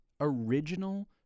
original